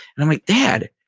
and i'm like, dad,